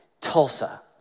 Tulsa